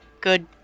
good